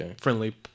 friendly